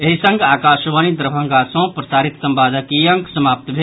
एहि संग आकाशवाणी दरभंगा सँ प्रसारित संवादक ई अंक समाप्त भेल